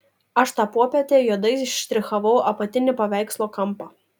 aš tą popietę juodai štrichavau apatinį paveikslo kampą